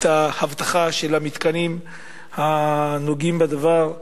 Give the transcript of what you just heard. באבטחה של המתקנים הנוגעים בדבר.